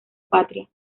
patria